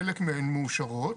חלק מהן מאושרות.